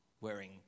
wearing